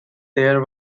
there